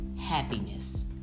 happiness